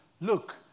look